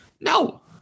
No